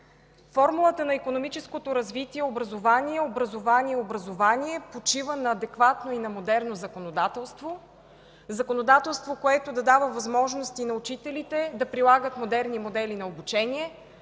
Формулата на икономическото развитие „Образование, образование, образование” почива на адекватно и модерно законодателство, законодателство, което да дава възможност на учителите да прилагат модерни модели на обучение,